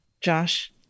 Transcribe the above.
Josh